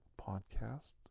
podcast